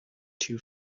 two